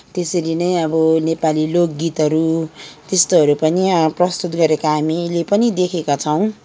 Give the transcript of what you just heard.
त्यसरी नै अब नेपाली लोकगीतहरू त्यस्तोहरू पनि प्रस्तुत गरेका हामीले पनि देखेका छौँ